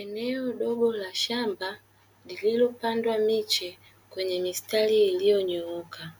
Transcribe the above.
Eneo dogo la shamba, lililopandwa miche kwenye mistari iliyonyooka.